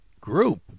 group